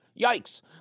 Yikes